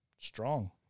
strong